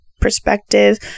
perspective